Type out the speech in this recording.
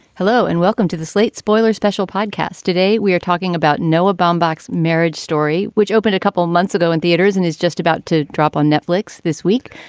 hello and welcome to the slate spoiler special podcast. today we are talking about noah baumbach's marriage story, which opened a couple months ago in theaters and is just about to drop on netflix this week.